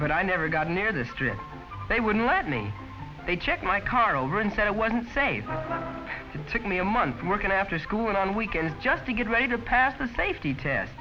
but i never got near the strip they wouldn't let me they check my car over and said it wasn't safe and took me a month working after school on weekends just to get ready to pass a safety test